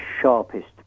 sharpest